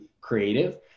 creative